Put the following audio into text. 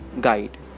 Guide